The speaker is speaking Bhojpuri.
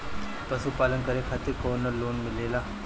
पशु पालन करे खातिर काउनो लोन मिलेला?